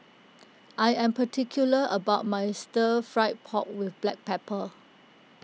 I am particular about my Stir Fried Pork with Black Pepper